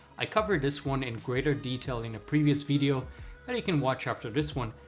i covered this one in greater detail in a previous video that you can watch after this one,